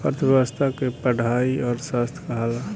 अर्थ्व्यवस्था के पढ़ाई अर्थशास्त्र कहाला